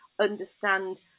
understand